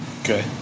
Okay